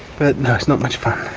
but, no, it's not much fun.